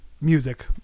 music